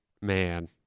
man